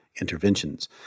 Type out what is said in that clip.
interventions